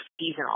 seasonal